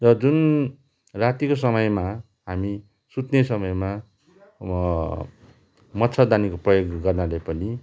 र जुन रातीको समयमा हामी सुत्ने समयमा मच्छरदानीको प्रयोग गर्नाले पनि